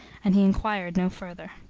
and he inquired no further.